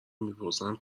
میپرسن